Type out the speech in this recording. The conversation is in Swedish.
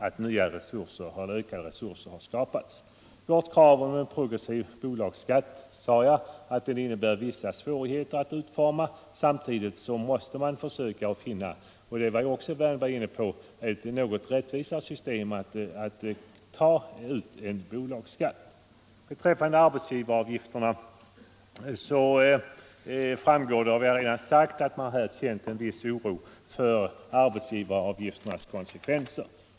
Beträffande vårt krav på en progressiv bolagsskatt sade jag att det är svårt att utforma ett sådant system. Men jag framhöll också att vi måste få ett rättvisare system för att ta ut bolagsskatt. Av vad jag redan har sagt om arbetsgivaravgiften framgår att nu känner även socialdemokraterna en viss oro för dess konsekvenser.